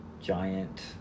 Giant